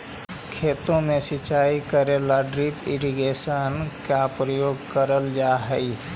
खेतों में सिंचाई करे ला ड्रिप इरिगेशन का प्रयोग करल जा हई